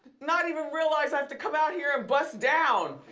not even realized i have to come out here and bust down.